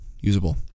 usable